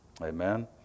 Amen